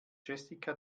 jessica